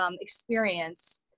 experience